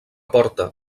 porta